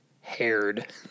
haired